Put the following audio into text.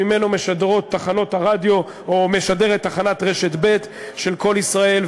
שממנו משדרת תחנת רשת ב' של "קול ישראל".